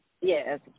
yes